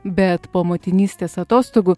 bet po motinystės atostogų